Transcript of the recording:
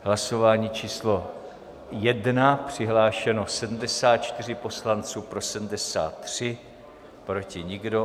Hlasování číslo 1, přihlášeno 74 poslanců, pro 73, proti nikdo.